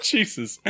Jesus